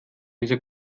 dieser